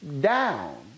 down